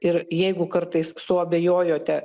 ir jeigu kartais suabejojote